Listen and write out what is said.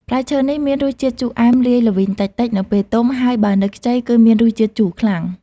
ផ្លែឈើនេះមានរសជាតិជូរអែមលាយល្វីងតិចៗ នៅពេលទុំ ហើយបើនៅខ្ចីគឺមានរសជាតិជូរខ្លាំង។